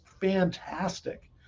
fantastic